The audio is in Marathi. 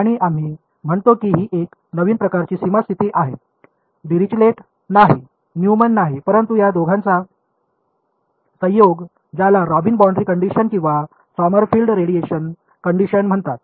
आणि आम्ही म्हणतो की ही एक नवीन प्रकारची सीमा स्थिती आहे डिरिचलेट नाही न्युमन नाही परंतु या दोहोंचा संयोग ज्याला रॉबिन बाऊंड्री कंडिशन किंवा सॉमरफिल्ड रेडिएशन कंडिशन म्हणतात